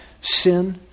sin